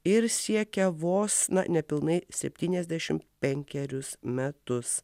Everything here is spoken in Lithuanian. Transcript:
ir siekia vos nepilnai septyniasdešimt penkerius metus